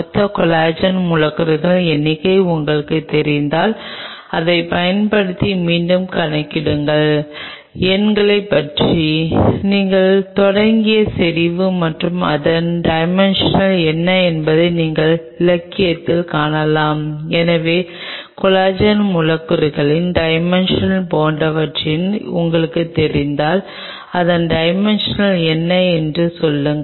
இந்த செல்கள் மேற்பரப்பில் எக்ஸ்ட்ராசெல்லுலர் மேட்ரிக்ஸை சுரக்கத் தொடங்கியுள்ளதால் ஏதேனும் ஒரு வழியைக் கண்டுபிடிக்க முடியும் அல்லது வேறு ஒருவரால் பார்க்க முடியும்